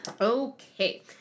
okay